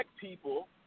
people